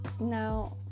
Now